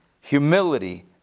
humility